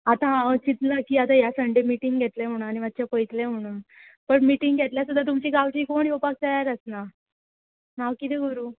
आतां हांव चिंतलां की आतां ह्या संडे मिटींग घेतलें म्हुणू आनी मातशें पळतले म्हुणू पण मिटींग घेतल्या सुद्दां तुमची गांवचीं कोण येवपाक तयार आसना हांव किदें करूं